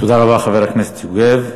תודה רבה, חבר הכנסת יוגב.